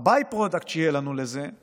תוצר הלוואי הוא